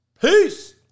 peace